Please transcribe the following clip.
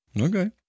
Okay